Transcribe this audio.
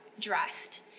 dressed